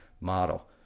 model